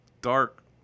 dark